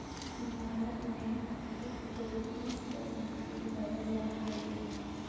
भारत में बकरी के बीस प्रजाति पावल जा हइ